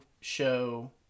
show